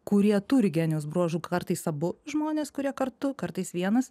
kurie turi genijaus bruožų kartais abu žmonės kurie kartu kartais vienas